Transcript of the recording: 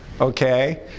okay